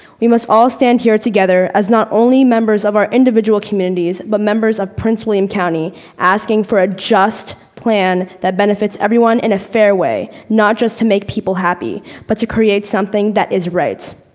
we must all stand here together as not only members of our individual communities but members of prince william county asking for a just plan that benefits everyone in a fair way not just to make people happy but to create something that is right.